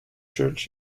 church